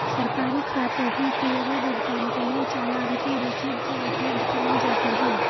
सरकारी खाते में किए गए भुगतान के लिए चालान की रसीद कब उपलब्ध कराईं जाती हैं?